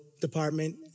department